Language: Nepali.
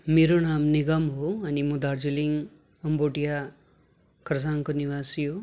मेरो नाम निगम हो अनि म दार्जिलिङ भोटिया खर्साङको निवासी हो